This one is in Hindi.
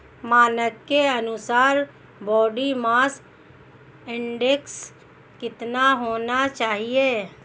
मानक के अनुसार बॉडी मास इंडेक्स कितना होना चाहिए?